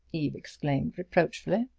eve exclaimed reproachfully.